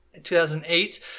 2008